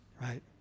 Right